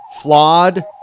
Flawed